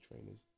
trainers